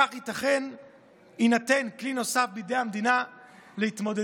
בכך יינתן כלי נוסף בידי המדינה להתמודדות